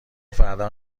فردا